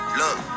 look